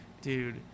dude